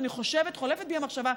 חולפת בי המחשבה,